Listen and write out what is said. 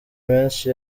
menshi